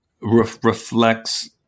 reflects